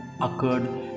occurred